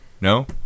No